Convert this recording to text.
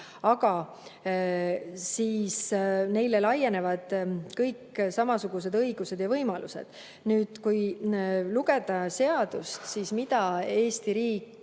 Aga neile laienevad kõik samasugused õigused ja võimalused. Kui lugeda seadust, siis mida selle järgi